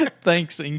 Thanks